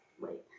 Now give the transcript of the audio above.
wait